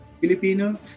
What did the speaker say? Filipino